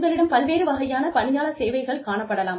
உங்களிடம் பல்வேறு வகையான பணியாளர் சேவைகள் காணப்படலாம்